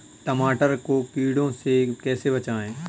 टमाटर को कीड़ों से कैसे बचाएँ?